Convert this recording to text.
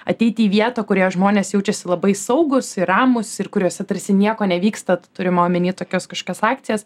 ateit į vietą kurioje žmonės jaučiasi labai saugūs ir ramūs ir kuriuose tarsi nieko nevyksta turima omenyje tokias kažkas akcijas